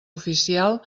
oficial